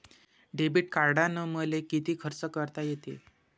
Debit कार्डानं मले किती खर्च करता येते?